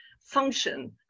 function